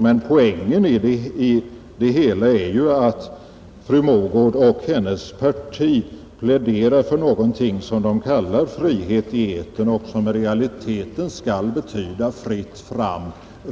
Men fru Mogård och hennes parti pläderar för någonting som de kallar frihet i etern och som i realiteten skall betyda fritt fram